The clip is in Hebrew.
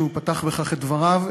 שפתח בכך את דבריו,